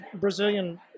Brazilian